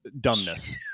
dumbness